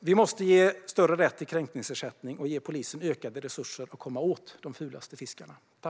Vi måste ge större rätt till kränkningsersättning och ge polisen ökade resurser att komma åt de fulaste fiskarna.